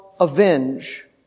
avenge